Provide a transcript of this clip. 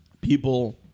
people